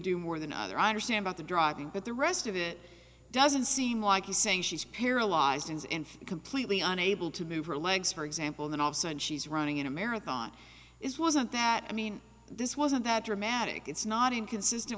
do more than other i understand at the driving but the rest of it doesn't seem like you saying she's paralyzed in completely unable to move her legs for example then all of sudden she's running in a marathon is wasn't that i mean this wasn't that dramatic it's not inconsistent